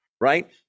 right